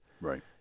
Right